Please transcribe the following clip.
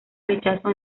rechazo